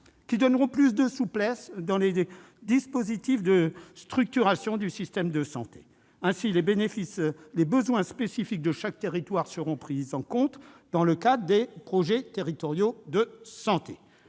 à apporter de la souplesse aux dispositifs de structuration du système de santé. Les besoins spécifiques de chaque territoire seront donc pris en compte dans le cadre des projets territoriaux de santé.